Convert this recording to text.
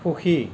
সুখী